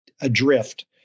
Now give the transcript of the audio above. adrift